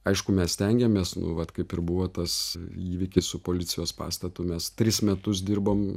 aišku mes stengiamės nu vat kaip ir buvo tas įvykis su policijos pastatu mes tris metus dirbom